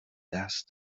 دست